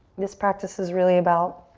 this practice is really about